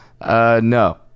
No